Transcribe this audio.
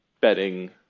betting